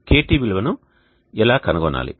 KT విలువను ఎలా కనుగొనాలి